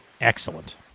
Excellent